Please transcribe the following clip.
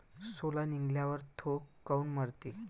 सोला निघाल्यावर थो काऊन मरते?